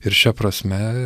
ir šia prasme